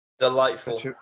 Delightful